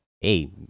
hey